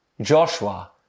Joshua